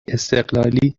استقلالی